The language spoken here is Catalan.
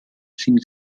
cinc